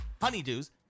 Honeydews